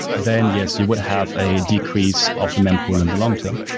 then yes, you would have a decrease of the mempool in the long term.